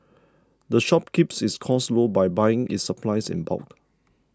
the shop keeps its costs low by buying its supplies in bulk